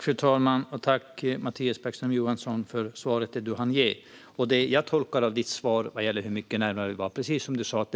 Fru talman! Tack, Mattias Bäckström Johansson, för det svar du hann ge! Jag tolkar ditt svar gällande hur mycket närmare vi är som att det, precis som du sa,